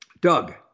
Doug